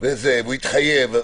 והוא התחייב.